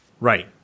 right